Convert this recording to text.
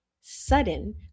sudden